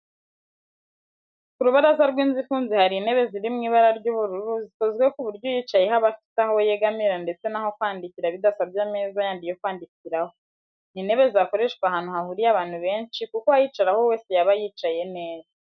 Ku rubaraza rw'inzu ifunze hari intebe ziri mu ibara ry'ubururu zikozwe ku buryo uyicayeho aba afite aho yegamira ndetse n'aho kwandikira bidasabye ameza yandi yo kwandikiraho. Ni intebe zakoreshwa ahantu hahuriye abantu benshi kuko uwayicaraho wese yaba yicaye neza